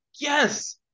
Yes